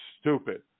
stupid